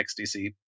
XDC